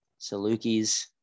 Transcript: Salukis